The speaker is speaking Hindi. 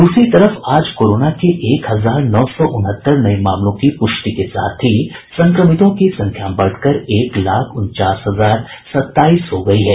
दूसरी तरफ आज कोरोना के एक हजार तीन सौ उनहत्तर नये मामलों की पुष्टि के साथ ही संक्रमितों की संख्या बढ़कर एक लाख उनचास हजार सताईस हो गयी है